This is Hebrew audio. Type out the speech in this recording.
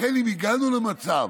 לכן אם הגענו למצב